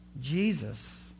Jesus